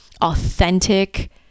authentic